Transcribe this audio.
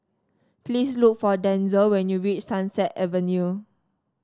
please look for Denzell when you reach Sunset Avenue